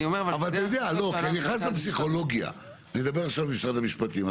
אני מדבר עכשיו עם משרד המשפטים.